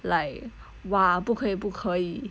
like !wah! 不可以不可以